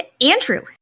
Andrew